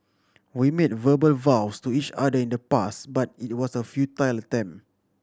we made verbal vows to each other in the past but it was a futile attempt